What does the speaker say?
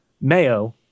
mayo